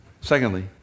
Secondly